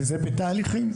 וזה בתהליכים.